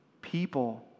people